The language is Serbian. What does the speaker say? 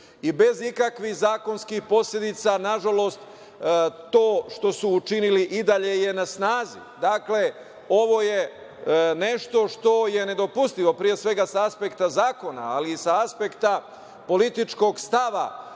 i bez ikakvih zakonskih posledica nažalost to što su učinili i dalje je na snazi. Ovo je nešto što je nedopustivo pre svega sa aspekta zakona, ali i sa apsekta političkog stava